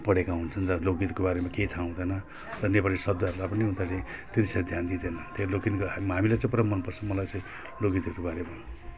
पढेका हुन्छन् र लोकगीतको बारेमा केही थाहा हुँदैन र नेपाली शब्दहरूलाई पनि उनीहरूले त्यति साह्रो ध्यान दिँदैन त्यो लोकगीतको हामीलाई चाहिँ पुरा मन पर्छ मलाई चाहिँ लोक गीतहरूको बारेमा